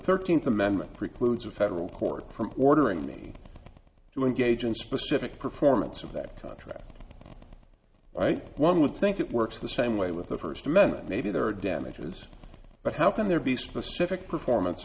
thirteenth amendment precludes a federal court from ordering me to engage in specific performance of that contract right one would think it works the same way with the first amendment maybe there are damages but how can there be specific performance